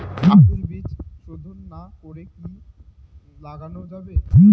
আলুর বীজ শোধন না করে কি লাগানো যাবে?